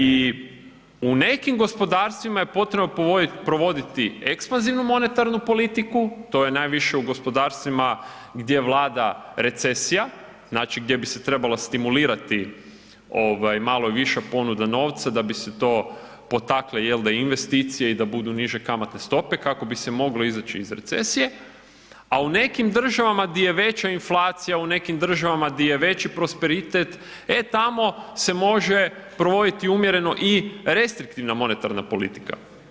I u nekim gospodarstvima je potrebno provoditi ekspanzivnu monetarnu politiku, to je najviše u gospodarstvima gdje vlada recesija, znači gdje bi se trebala stimulirati ovaj malo viša ponuda novca da bi se to potaklo jel da investicije i da budu niže kamatne stope kako bi se moglo izaći iz recesije, a u nekim državama gdje je veća inflacija, u nekim državama gdje je veći prosperitet, e tamo se može provoditi umjereno i restriktivna monetarna politika.